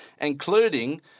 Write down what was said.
including